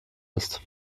ist